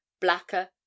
blacker